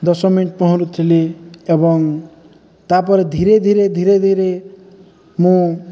ଦଶ ମିନିଟ୍ ପହଁରୁଥିଲି ଏବଂ ତାପରେ ଧୀରେ ଧୀରେ ଧୀରେ ଧୀରେ ମୁଁ